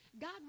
God